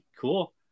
Cool